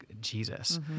jesus